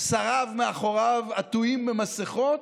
שריו מאחוריו עטויים במסכות,